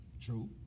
True